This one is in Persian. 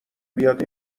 بیاد